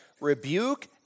rebuke